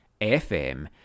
FM